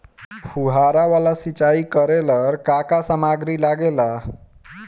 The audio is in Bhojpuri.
फ़ुहारा वाला सिचाई करे लर का का समाग्री लागे ला?